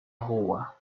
rua